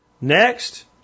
Next